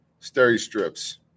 Steri-Strips